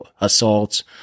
assaults